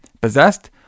possessed